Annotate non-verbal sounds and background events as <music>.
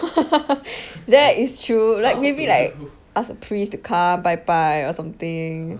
<laughs> that is true like maybe like ask a priest the come 拜拜 or something